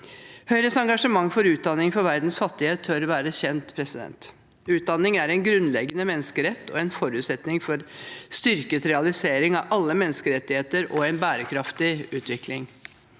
Høyres engasjement for utdanning for verdens fattige tør være kjent. Utdanning er en grunnleggende menneskerett og en forutsetning for styrket realisering av alle menneskerettigheter og en bærekraftig utvikling.